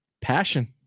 passion